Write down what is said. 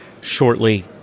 shortly